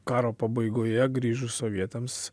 karo pabaigoje grįžus sovietams